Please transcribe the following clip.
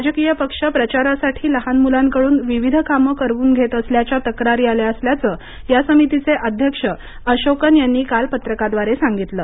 राजकीय पक्ष प्रचारासाठी लहान मुलांकडून विविध कामे करवून घेत असल्याच्या तक्रारी आल्या असल्याचं या समितीचे अध्यक्ष अशोकन यांनी काल पत्रकाद्वारे सांगितलं